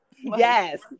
Yes